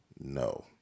no